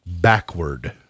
Backward